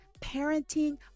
parenting